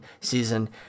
season